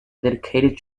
dedicated